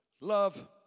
love